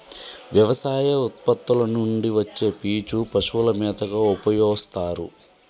వ్యవసాయ ఉత్పత్తుల నుండి వచ్చే పీచు పశువుల మేతగా ఉపయోస్తారు